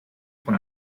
von